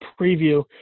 preview